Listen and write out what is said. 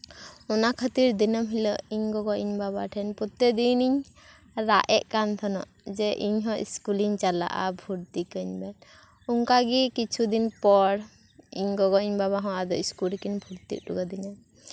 ᱚᱱᱟ ᱠᱷᱟᱹᱛᱤᱨ ᱫᱤᱱᱟᱹᱢ ᱤᱧ ᱜᱚᱜᱚ ᱤᱧ ᱵᱟᱵᱟ ᱴᱷᱮᱱ ᱯᱨᱚᱛᱛᱮᱠ ᱫᱤᱱᱤᱧ ᱨᱟᱜ ᱮᱫ ᱠᱟᱱ ᱛᱟᱦᱮᱸᱱᱟ ᱡᱮ ᱤᱧ ᱦᱚᱸ ᱤᱥᱠᱩᱞᱤᱧ ᱪᱟᱞᱟᱜᱼᱟ ᱵᱷᱩᱨᱛᱤ ᱠᱟᱹᱧ ᱵᱮᱱ ᱚᱝᱠᱟ ᱜᱤ ᱠᱤᱪᱷᱩ ᱫᱤᱱ ᱯᱚᱨ ᱤᱧ ᱜᱚᱜᱚ ᱤᱧ ᱵᱟᱵᱟ ᱟᱫᱚ ᱤᱥᱠᱩᱞ ᱨᱮᱠᱤᱱ ᱵᱷᱩᱨᱛᱤ ᱦᱚᱴᱚ ᱠᱟᱹᱫᱤᱧᱟ